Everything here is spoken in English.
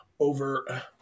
over